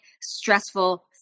stressful